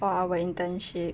for our internship